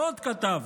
ועוד כתב: